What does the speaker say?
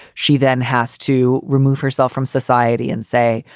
she then has to remove herself from society and say,